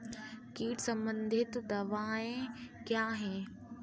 कीट संबंधित दवाएँ क्या हैं?